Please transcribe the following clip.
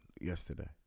yesterday